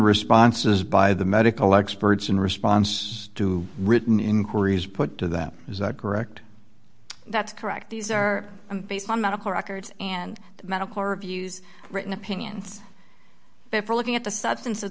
responses by the medical experts in response to written inquiries put to that is that correct that's correct these are based on medical records and the medical reviews written opinions before looking at the substance of